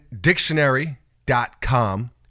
dictionary.com